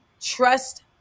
trust